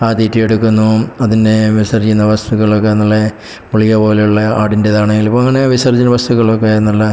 അവ തീറ്റ എടുക്കുന്നു അതിന് വിസർജ്ജിക്കുന്ന വസ്തുക്കളൊക്കെ നല്ലെ ഗുളിക പോലെ ഉള്ള ആടിൻറേതാണെങ്കിലും അപ്പോൾ അങ്ങനെ വിസർജ്ജന വസ്തുക്കളൊക്കെ നല്ല